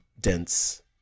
dense